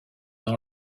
dans